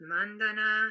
Mandana